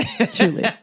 Truly